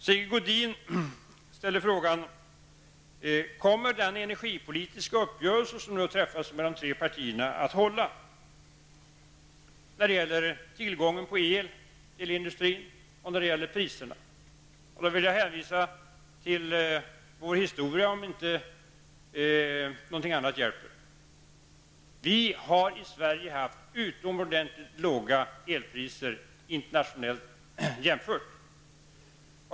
Sigge Godin ställde frågan: Kommer den energipolitiska uppgörelse som har träffats mellan de tre partierna att hålla även när det gäller tillgången på el till industrin och när det gäller priserna? Jag vill då hänvisa till historien, om inte något annat hjälper. Vi har i Sverige haft utomordentligt låga elpriser internationellt sätt.